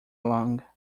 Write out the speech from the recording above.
along